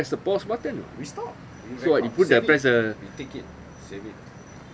so shall we what do we press the pause button so what you put the press the